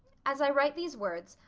as i write these words,